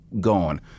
gone